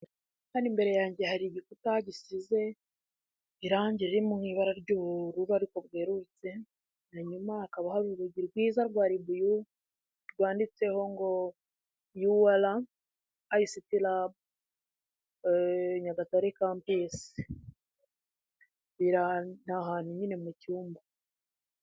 Hano imbere yanjye hari igikuta gisize irangi ririmo nk'ibara ry'ubururu ariko bwerurutse, hanyuma hakaba hari urugi rwiza rwa labu rwanditseho ngo UR ICT Lab Nyagatare campus ni ahantu nyine mu cyumba.